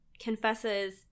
confesses